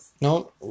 No